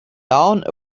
down